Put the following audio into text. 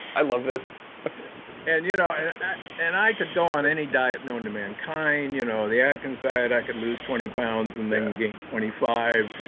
i love this and you know i and i could go on any diet known to mankind, you know the atkins diet, i could lose twenty pounds and then gain twenty five.